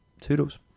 Toodles